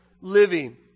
living